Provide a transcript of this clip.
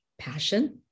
Passion